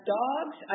dogs